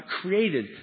created